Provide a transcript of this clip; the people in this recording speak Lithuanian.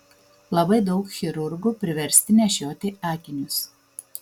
labai daug chirurgų priversti nešioti akinius